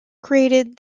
created